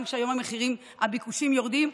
גם כשהיום הביקושים יורדים,